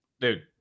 dude